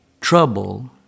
Trouble